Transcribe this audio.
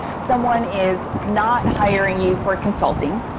someone is not hiring you for consulting.